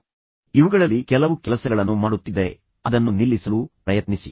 ಮತ್ತು ನಾನು ಹೇಳಿದಂತೆ ನೀವು ಇವುಗಳಲ್ಲಿ ಕೆಲವು ಕೆಲಸಗಳನ್ನು ಮಾಡುತ್ತಿದ್ದರೆ ಅದನ್ನು ನಿಲ್ಲಿಸಲು ಪ್ರಯತ್ನಿಸಿ